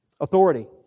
authority